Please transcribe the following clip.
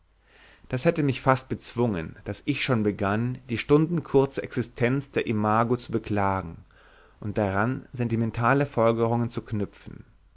das hätte mich fast bezwungen daß ich schon begann die stundenkurze existenz der imago zu beklagen und daran sentimentale folgerungen zu knüpfen